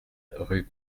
rue